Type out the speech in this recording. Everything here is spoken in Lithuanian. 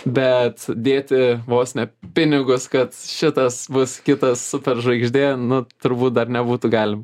bet dėti vos ne pinigus kad šitas bus kitas superžvaigždė nu turbūt dar nebūtų galima